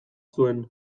zuen